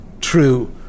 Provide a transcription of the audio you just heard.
true